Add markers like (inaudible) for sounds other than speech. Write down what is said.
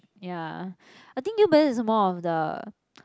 ya I think New Balance is more of the (noise)